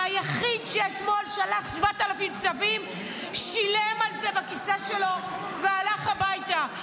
והיחיד שאתמול שלח 7,000 צווים שילם על זה בכיסא שלו והלך הביתה.